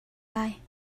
lai